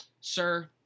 sir